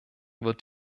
wird